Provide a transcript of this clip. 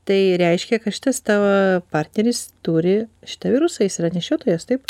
tai reiškia kad šitas tavo partneris turi šitą virusą jis yra nešiotojas taip